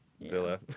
villa